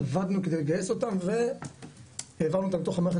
עבדנו כדי לגייס אותם והעברנו אותם לתוך המערכת